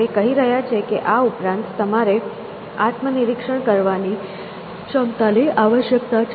તે કહી રહ્યા છે કે આ ઉપરાંત તમારે આત્મનિરીક્ષણ કરવાની ક્ષમતાની આવશ્યકતા છે